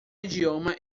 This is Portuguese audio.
idioma